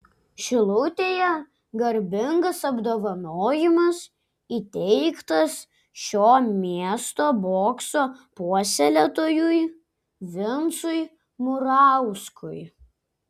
šilutėje garbingas apdovanojimas įteiktas šio miesto bokso puoselėtojui vincui murauskui